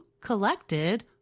collected